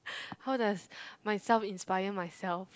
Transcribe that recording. how does myself inspire myself